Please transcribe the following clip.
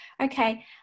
Okay